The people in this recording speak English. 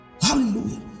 hallelujah